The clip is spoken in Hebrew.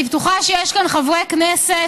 אני בטוחה שיש כאן חברי כנסת